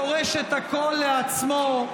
דורש את הכול לעצמו.